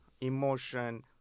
emotion